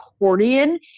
accordion